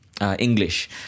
English